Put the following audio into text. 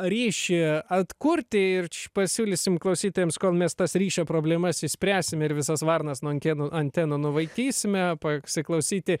ryšį atkurti ir pasiūlysim klausytojams kol mes tas ryšio problemas išspręsim ir visas varnas nuo ankenų antenų nuvaikysime pasiklausyti